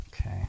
Okay